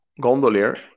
gondolier